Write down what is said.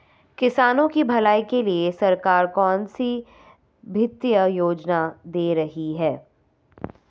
किसानों की भलाई के लिए सरकार कौनसी वित्तीय योजना दे रही है?